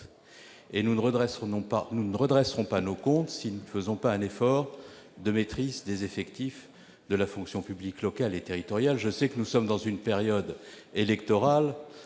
Nous ne les redresserons pas si nous ne faisons pas un effort de maîtrise des effectifs de la fonction publique locale et territoriale. Je le sais, nous sommes dans une période électorale,